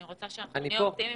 אני רוצה שנהיה אופטימיים